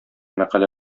мәкалә